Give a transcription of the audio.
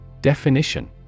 Definition